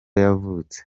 yavutse